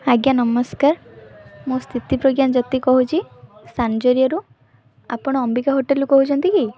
ଆଜ୍ଞା ନମସ୍କାର ମୁଁ ସ୍ଥିତିପ୍ରଜ୍ଞା ଜ୍ୟୋତି କହୁଛି ସାନଜରିଆରୁ ଆପଣ ଅମ୍ବିକା ହୋଟେଲରୁ କହୁଛନ୍ତି କି